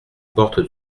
porte